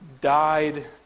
died